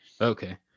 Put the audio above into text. Okay